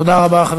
תודה, אדוני.